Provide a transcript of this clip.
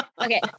okay